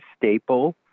staple